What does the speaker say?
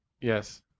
Yes